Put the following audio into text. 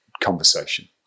conversation